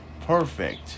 Perfect